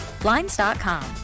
Blinds.com